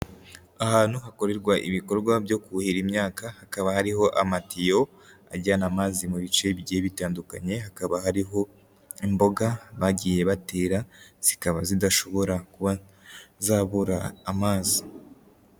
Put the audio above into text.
Ahantu hakorerwa ibikorwa byo kuhira imyaka, hakaba hariho amatiyo ajyana amazi mu bice bigiye bitandukanye, hakaba hariho imboga bagiye batera zikaba zidashobora kuba zabura amazi.